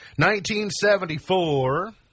1974